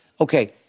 okay